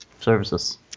services